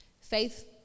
faith